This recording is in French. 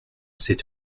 c’est